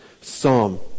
psalm